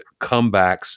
comebacks